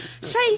say